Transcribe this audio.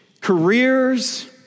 careers